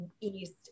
east